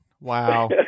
Wow